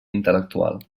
intel·lectual